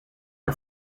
are